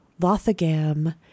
Lothagam